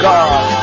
God